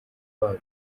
babo